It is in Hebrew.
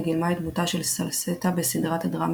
היא גילמה את דמותה של סלסטה בסדרת הדרמה